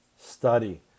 study